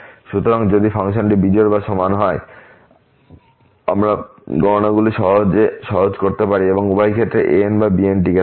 সুতরাং যদি ফাংশনটি বিজোড় বা সমান হয় আমরা গণনাগুলি সহজ করতে পারি এবং উভয় ক্ষেত্রে an বা bn টিকে থাকবে